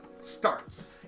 starts